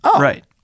right